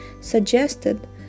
suggested